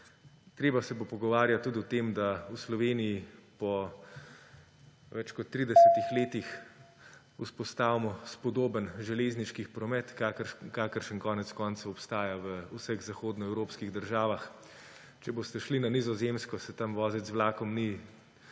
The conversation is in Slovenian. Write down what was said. treba se bo pogovarjati tudi o tem, da v Sloveniji po več kot 30 letih vzpostavimo spodoben železniški promet, kakršen konec koncev obstaja v vseh zahodnoevropskih državah. Če boste šli na Nizozemsko, se tam voziti z vlakom ni